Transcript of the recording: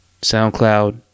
soundcloud